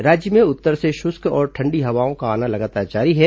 राज्य में उत्तर से शुष्क और ठंडी हवाओं का आना लगातार जारी है